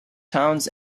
towns